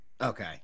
Okay